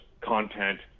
content